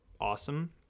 awesome